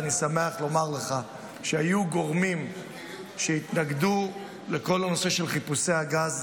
אני שמח לומר לך שהיו גורמים שהתנגדו לכל הנושא של חיפושי הגז,